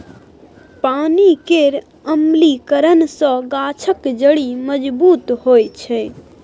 पानि केर अम्लीकरन सँ गाछक जड़ि मजबूत होइ छै